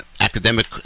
academic